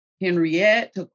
Henriette